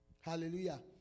Hallelujah